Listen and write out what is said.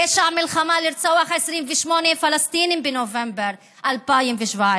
פשע מלחמה לרצוח 28 פלסטינים בנובמבר 2017,